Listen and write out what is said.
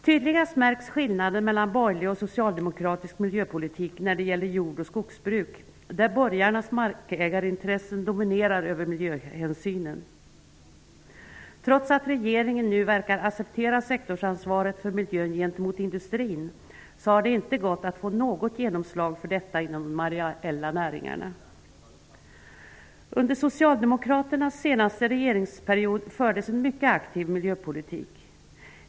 Tydligast märks skillnaden mellan borgerlig och socialdemokratisk miljöpolitik när det gäller jordoch skogsbruk, där borgarnas markägarintressen dominerar över miljöhänsynen. Trots att regeringen nu verkar acceptera sektorsansvaret för miljön gentemot industrin har det inte gått att få något genomslag för detta inom de ariella näringarna. Under socialdemokraternas senaste regeringsperiod fördes en mycket aktiv miljöpolitik.